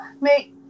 mate